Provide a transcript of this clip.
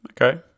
Okay